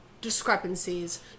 discrepancies